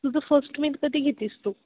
तुझं first meal कधी घेतेस तू